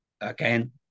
again